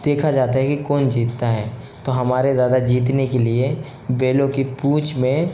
देखा जाता है कि कौन जीता है तो हमारे दादा जितने के लिए बैलों की पूँछ में